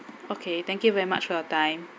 okay thank you very much for your time